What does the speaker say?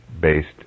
based